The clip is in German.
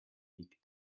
liegt